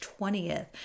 20th